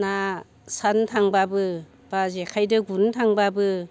ना सारनो थांबाबो बा जेखायदों गुरनो थांबाबो